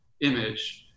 image